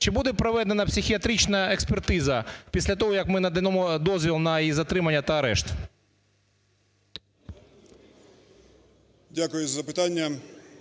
Чи буде проведена психіатрична експертиза після того, як ми надамо дозвіл на її затримання та арешт? 12:01:27 ЛУЦЕНКО